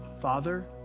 Father